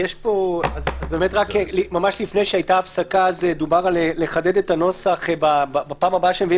לפני ההפסקה דובר על חידוד הנוסח בפעם הבאה שמביאים